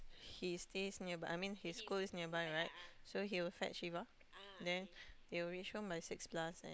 he stay nearby I mean his school is nearby right so he'll fetch Shiva then they'll reach home by six plus and